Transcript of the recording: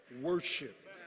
worship